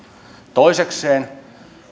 toisekseen